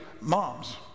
moms